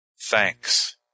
Thanks